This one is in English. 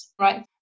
right